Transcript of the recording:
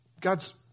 God's